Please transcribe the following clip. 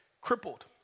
crippled